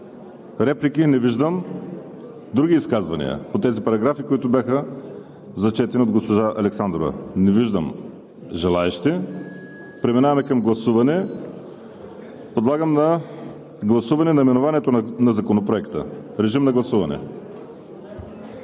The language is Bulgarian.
ли? Не виждам. Други изказвания по тези параграфи, които бяха прочетени от госпожа Александрова? Не виждам. Преминаваме към гласуване. Подлагам на гласуване наименованието на Законопроекта. Гласували